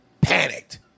panicked